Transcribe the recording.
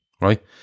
right